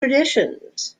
traditions